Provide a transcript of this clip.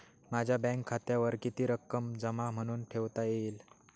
माझ्या बँक खात्यावर किती रक्कम जमा म्हणून ठेवता येईल?